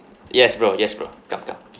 yes bro yes bro come come